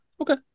okay